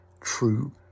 true